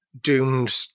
doomed